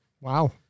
Wow